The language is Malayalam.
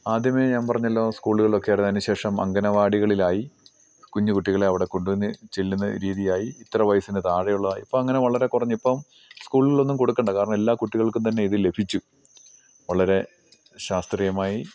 ആദ്യമേ ഞാൻ പറഞ്ഞല്ലോ സ്കൂളുകൾ ഒക്കെ ആയിരുന്ന അതിന് ശേഷം അംഗനവാടികളിലായി കുഞ്ഞു കുട്ടികളെ അവിടെ കൊണ്ടുവന്ന് ചെല്ലുന്ന രീതിയായി ഇത്ര വയസ്സിന് താഴെയുള്ളതായി ഇപ്പം അങ്ങനെ വളരെ കുറഞ്ഞ് ഇപ്പം സ്കൂളിലൊന്നും കൊടുക്കണ്ട കാരണം എല്ലാ കുട്ടികൾക്കും തന്നെ ഇത് ലഭിച്ചു വളരെ ശാസ്ത്രീയമായി